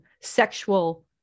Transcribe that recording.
sexual